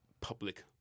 public